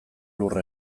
lur